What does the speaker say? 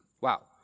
Wow